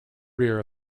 rear